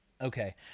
Okay